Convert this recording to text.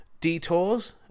detours